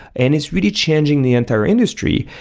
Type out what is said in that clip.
and it's really changing the entire industry.